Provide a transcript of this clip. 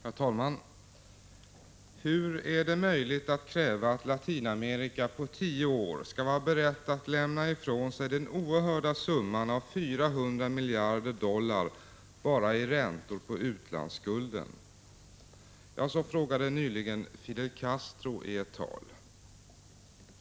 Herr talman! ”Hur är det möjligt att kräva att Latinamerika på tio år skall vara berett att lämna ifrån sig den oerhörda summan av 400 miljarder dollar bara i räntor på utlandsskulden?” Så frågade nyligen Fidel Castro i ett tal.